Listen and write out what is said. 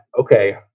okay